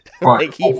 Right